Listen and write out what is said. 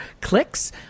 Clicks